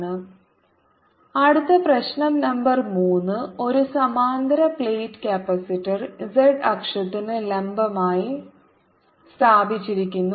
PP0x D 0E PE P20D P2P P2 P2 x അടുത്ത പ്രശ്ന number 3 ഒരു സമാന്തര പ്ലേറ്റ് കപ്പാസിറ്റർ z അക്ഷത്തിന് ലംബമായി സ്ഥാപിച്ചിരിക്കുന്നു